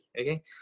okay